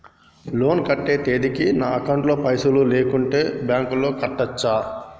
Loan కట్టే తేదీకి నా అకౌంట్ లో పైసలు లేకుంటే బ్యాంకులో కట్టచ్చా?